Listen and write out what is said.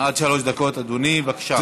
עד שלוש דקות, אדוני, בבקשה.